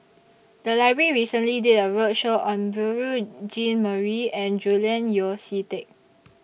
The Library recently did A roadshow on Beurel Jean Marie and Julian Yeo See Teck